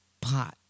pot